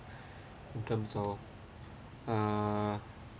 in terms of uh